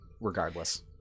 regardless